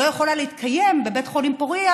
זה לא יכול להתקיים בבית חולים פוריה,